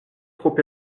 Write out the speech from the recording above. trop